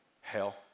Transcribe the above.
hell